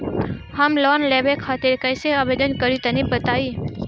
हम लोन लेवे खातिर कइसे आवेदन करी तनि बताईं?